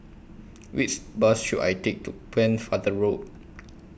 Which Bus should I Take to Pennefather Road